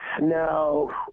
No